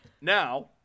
Now